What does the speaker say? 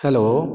hello